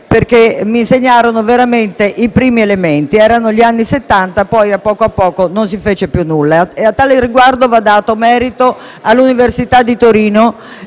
dove mi insegnarono veramente i primi elementi. Erano gli anni Settanta; poi, a poco a poco, non si fece più nulla. A tale riguardo va dato merito all'Università di Torino